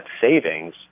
savings